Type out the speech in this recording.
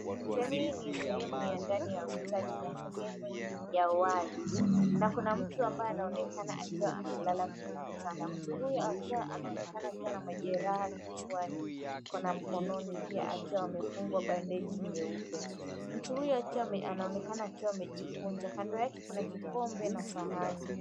Sehemu hii ni sehemu ya ndani ya hospitali ya sehemu ya wadi na kuna mtu ambaye anaonekana akiwa amelala kwa kitanda. Mtu huyu akiwa anaonekana akiwa na majeraha kichwani kuna mkononi pia akiwa amefungwa bandeji nyeupe. Mtu huyo akiwa anaonekana akiwa amejikunja. Kando yake kuna kikombe na sahani.